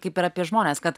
kaip ir apie žmones kad